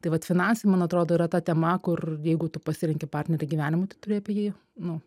tai vat finansai man atrodo yra ta tema kur jeigu tu pasirenki partnerį gyvenimui tu turi apie jį nu